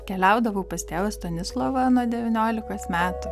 keliaudavau pas tėvą stanislovą nuo devyniolikos metų